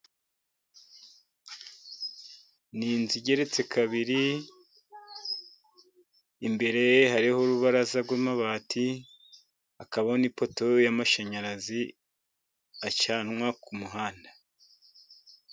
Ni inzu igeretse kabiri imbere hariho urubaraza rw'amabati, hakabaho n'ipoto y'amashanyarazi acanwa ku muhanda.